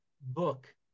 book